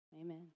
Amen